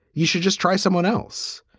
you should just try someone else.